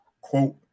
quote